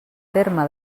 terme